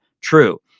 true